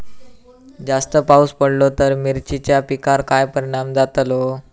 जास्त पाऊस पडलो तर मिरचीच्या पिकार काय परणाम जतालो?